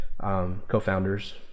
co-founders